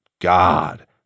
god